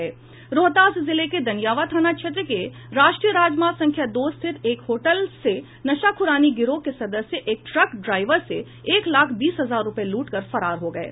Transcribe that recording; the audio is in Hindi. रोहतास जिले के दनियावां थाना क्षेत्र के राष्ट्रीय राजमार्ग संख्या दो स्थित एक होटल से नशाखुरानी गिरोह के सदस्य एक ट्रक ड्राईवर से एक लाख बीस हजार रुपये लूटकर फरार हो गये